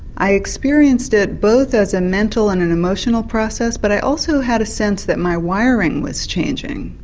i experienced it both as a mental and and emotional process, but i also had a sense that my wiring was changing.